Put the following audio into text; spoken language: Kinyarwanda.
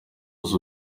uzi